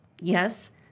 yes